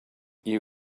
you